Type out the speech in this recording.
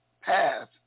path